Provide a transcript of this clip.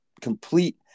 complete